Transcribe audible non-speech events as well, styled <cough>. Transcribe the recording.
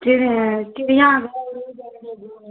चिड़ियाघर <unintelligible>